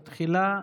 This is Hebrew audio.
תחילה,